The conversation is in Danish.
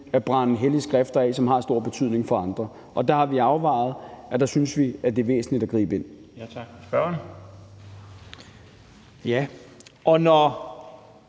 at brænde hellige skrifter af, som har stor betydning for andre, og der har vi afvejet, at vi synes, at det er væsentligt at gribe ind. Kl. 22:22 Den fg.